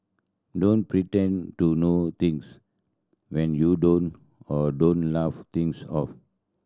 don't pretend to know things when you don't or don't laugh things off